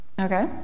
Okay